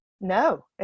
No